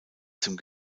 zum